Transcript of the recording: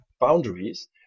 boundaries